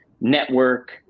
network